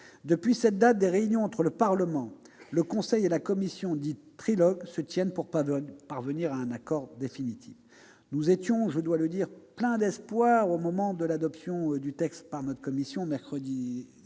Depuis cette date, des réunions entre le Parlement, le Conseil et la Commission, dites « trilogues », se tiennent pour parvenir à un accord définitif. Nous étions, je dois le dire, pleins d'espoir au moment de l'adoption du texte par la Commission mercredi 16